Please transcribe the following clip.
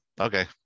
Okay